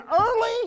early